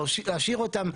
להשאיר אותם.